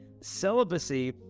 Celibacy